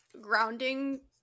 grounding